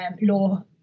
law